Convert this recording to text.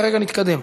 כרגע נתקדם.